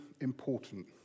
important